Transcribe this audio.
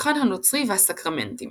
הפולחן הנוצרי והסקרמנטים